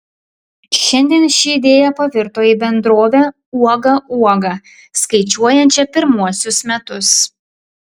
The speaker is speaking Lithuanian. šiandien ši idėja pavirto į bendrovę uoga uoga skaičiuojančią pirmuosius metus